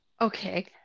Okay